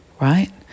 right